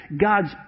God's